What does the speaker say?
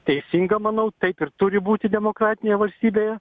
teisinga manau taip ir turi būti demokratija valstybėje